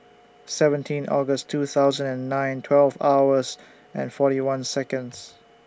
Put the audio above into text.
seventeen August two thousand and nine twelve hours and forty one Seconds